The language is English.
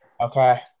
okay